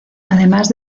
además